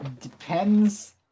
Depends